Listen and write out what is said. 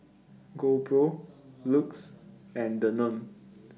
GoPro LUX and Danone